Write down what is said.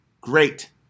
Great